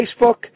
Facebook